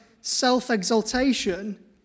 self-exaltation